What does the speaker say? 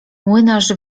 młynarz